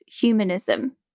humanism